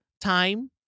time